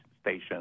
Station